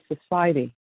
society